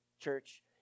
church